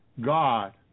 God